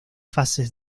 fases